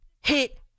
hit